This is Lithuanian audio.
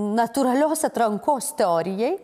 natūralios atrankos teorijai